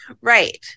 Right